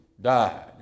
died